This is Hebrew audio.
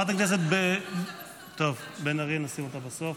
בן ארי, נשים אותה בסוף.